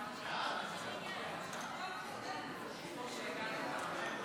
חוק שימוש בזרע של נפטר לשם הולדה,